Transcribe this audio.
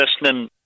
listening